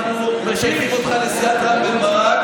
אנחנו משייכים אותך לסיעת רם בן ברק